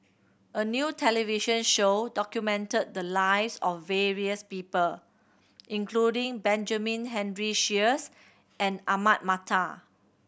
a new television show documented the lives of various people including Benjamin Henry Sheares and Ahmad Mattar